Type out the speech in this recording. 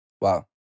Wow